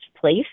place